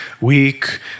weak